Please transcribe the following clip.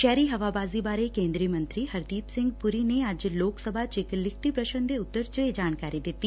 ਸ਼ਹਿਰੀ ਹਵਾਬਾਜ਼ੀ ਬਾਰੇ ਕੇ ਂਦਰੀ ਮੰਤਰੀ ਹਰਦੀਪ ਸਿੰਘ ਪੁਰੀ ਨੇ ਅੱਜ ਲੋਕ ਸਭਾ ਚ ਇਕ ਲਿਖਤੀ ਪ੍ਰਸ਼ਨ ਦੇ ਉੱਤਰ ਚ ਇਹ ਜਾਣਕਾਰੀ ਦਿੱਤੀ